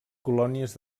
colònies